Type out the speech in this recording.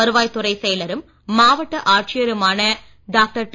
வருவாய்த்துறைச் செயலரும் மாவட்ட ஆட்சியருமான டாக்டர் டி